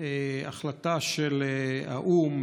החלטה של האו"ם,